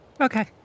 Okay